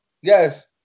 yes